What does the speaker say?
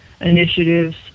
initiatives